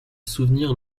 souvenir